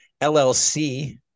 LLC